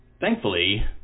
thankfully